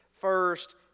first